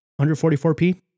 144p